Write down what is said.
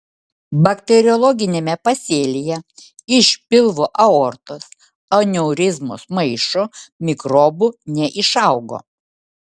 bakteriologiniame pasėlyje iš pilvo aortos aneurizmos maišo mikrobų neišaugo